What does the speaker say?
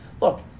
Look